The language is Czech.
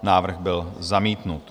Návrh byl zamítnut.